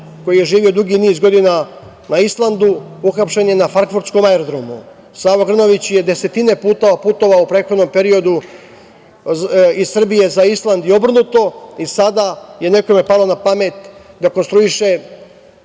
koji je živeo dugi niz godina na Islandu, uhapšen je na frankfurtskom aerodromu. Savo Grnavić je desetine puta putovao u prethodnom periodu iz Srbije za Island i obrnuto i sada je nekome palo na pamet da konstruiše